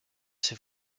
ses